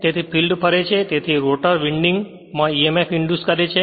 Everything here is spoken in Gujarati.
તેથી ફીલ્ડ ફરે છે તેથી તે રોટર વિન્ડિંગ માં emf ઇંડ્યુસ કરે છે